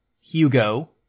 Hugo